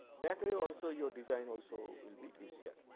that way also your design also will be easier.